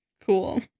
Cool